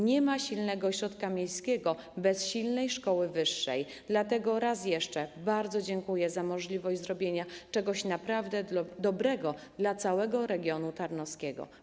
Nie ma silnego ośrodka miejskiego bez silnej szkoły wyższej, dlatego raz jeszcze bardzo dziękuję za możliwość zrobienia czegoś naprawdę dobrego dla całego regionu tarnowskiego.